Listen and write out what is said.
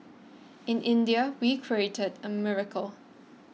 in India we've created a miracle